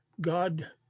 God